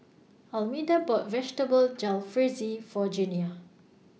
Almeda bought Vegetable Jalfrezi For Junia